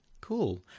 Cool